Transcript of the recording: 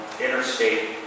interstate